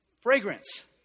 fragrance